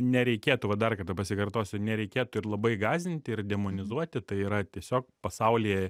nereikėtų va dar kartą pasikartosiu nereikėtų ir labai gąsdinti ir demonizuoti tai yra tiesiog pasaulyje